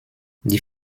die